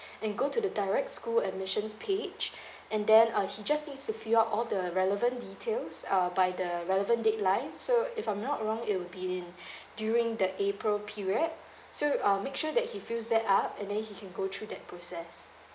and go to the direct school admissions page and then uh he just needs to fill out all the relevant details uh by the relevant deadline so if I'm not wrong it will be in during the april period so um make sure that he fills that up and then he can go through that process